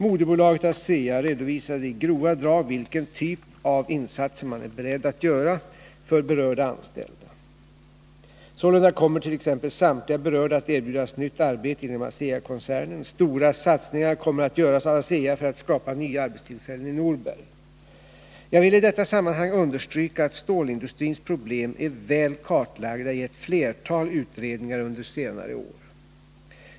Moderbolaget ASEA redovisade i grova drag vilken typ av insatser man är beredd att göra för berörda anställda. Sålunda kommer t.ex. samtliga berörda att erbjudas nytt arbete inom ASEA-koncernen. Stora satsningar kommer att göras av ASEA för att skapa nya arbetstillfällen i Norberg. Jag vill i detta sammanhang understryka att stålindustrins problem är väl kartlagda i ett flertal utredningar under senare år.